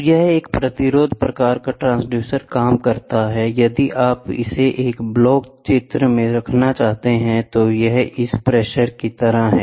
तो यह एक प्रतिरोध प्रकार का ट्रांसड्यूसर काम करता है यदि आप इसे एक ब्लॉक चित्र में रखना चाहते हैं तो यह इस प्रेशर की तरह है